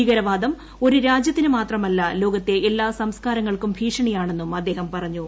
തീവ്രവാദം ഒരു രാജ്യത്തിന് മാത്രമല്ല ലോകത്തെ എല്ലാ സംസ്കാരങ്ങൾക്കും ഭീഷണിയാണെന്നും അദ്ദേഹം പറഞ്ഞു